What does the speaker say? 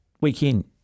weekend